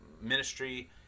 ministry